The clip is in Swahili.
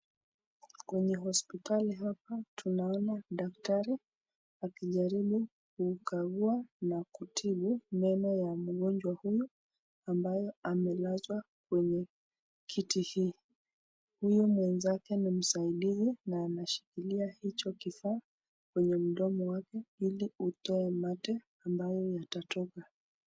Kwenye hospitali hapa tunaona daktari akijaribu kukagua na kutibu meno ya mgonjwa huyo ambaye amelazwa kwenye kiti hii. Huyo mwenzake ni msaidia na anashikilia hicho kifaa kwenye mdomo wake ili utoe mate ambayo yatatoka.